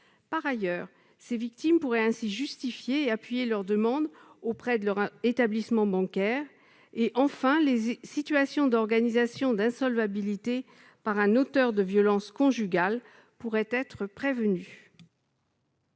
Par ailleurs, elles pourraient justifier et appuyer leur demande auprès de leur établissement bancaire. Enfin, les situations d'organisation d'insolvabilité par un auteur de violences conjugales pourraient être prévenues.